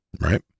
Right